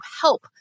help